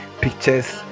pictures